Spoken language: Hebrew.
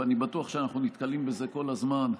ואני בטוח שאנחנו נתקלים בזה כל הזמן: